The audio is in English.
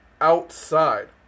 outside